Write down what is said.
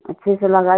अच्छे से लगाई